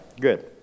good